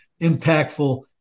impactful